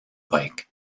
bike